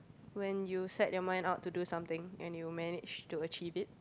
when you set your mind out to do something and you managed to achieve it